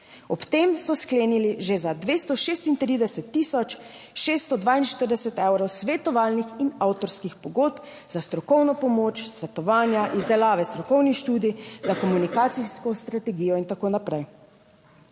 Ob tem so sklenili že za 236 tisoč 642 evrov svetovalnih in avtorskih pogodb za strokovno pomoč, svetovanja, izdelave strokovnih študij, za komunikacijsko strategijo in tako naprej,